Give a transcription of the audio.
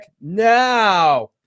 now